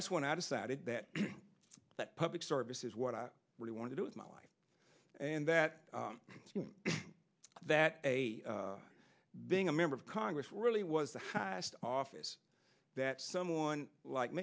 that's when i decided that public service is what i really want to do with my life and that that being a member of congress really was the highest office that someone like